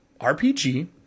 RPG